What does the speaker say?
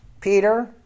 Peter